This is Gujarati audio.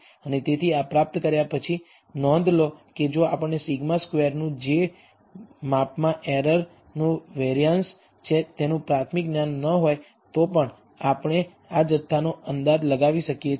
અને તેથી આ પ્રાપ્ત કર્યા પછી નોંધ લો કે જો આપણને σ સ્કવેરનું જે માપમાં એરરનું વેરિઅન્સ છે તેનું પ્રાથમિક જ્ઞાન ન હોય તો પણ આપણે આ જથ્થાનો અંદાજ લગાવી શકીએ છીએ